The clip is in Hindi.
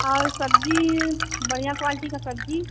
और सब्ज़ी बढ़िया क्वालिटी का सब्ज़ी